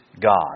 God